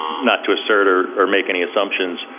not to assert or or make any assumptions,